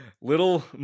little